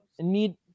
need